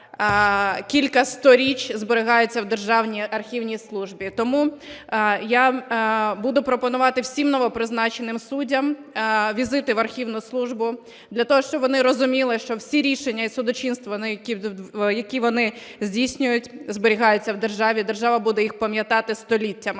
кілька сторіч зберігаються в Державній архівній службі. Тому я буду пропонувати всім новопризначеним суддям візити в архівну службу для того, щоб вони розуміли, що всі рішення і судочинство, яке вони здійснюють, зберігається в державі, держава буде їх пам'ятати століттями,